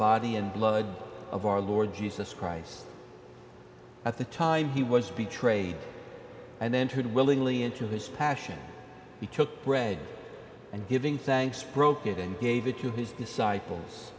body and blood of our lord jesus christ at the time he was be trade and entered willingly into his passion he took bread and giving thanks broke it and gave it to his disciples